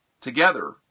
together